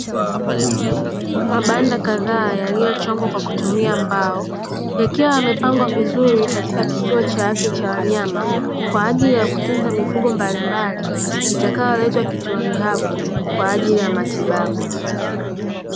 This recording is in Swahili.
Mabanda kadhaa yaliyochongwa kwa kutumia mbao yakiwa yamepangwa vizuri katika kituo cha afya cha wanyama, kwa ajili ya kutunza mifugo mbalimbali itakayoletwa kituoni hapo kwa ajili ya matibabu.